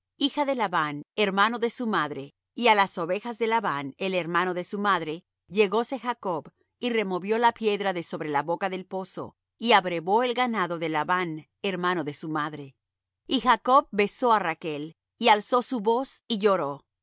hija de labán hermano de su madre y á las ovejas de labán el hermano de su madre llegóse jacob y removió la piedra de sobre la boca del pozo y abrevó el ganado de labán hermano de su madre y jacob besó á rachl y alzó su voz y lloró y